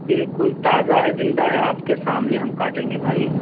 بالکل تازہ ہے زندہ ہے آپ کے سامنے ہم کاٹیں گے بھائی